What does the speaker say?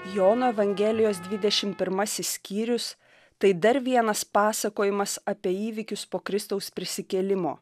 jono evangelijos dvidešimt primasis skyrius tai dar vienas pasakojimas apie įvykius po kristaus prisikėlimo